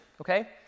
okay